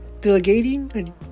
delegating